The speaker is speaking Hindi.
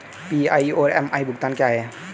पी.आई और एम.आई भुगतान क्या हैं?